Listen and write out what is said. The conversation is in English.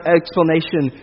explanation